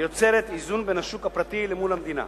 ויוצרת איזון בין השוק הפרטי למול המדינה.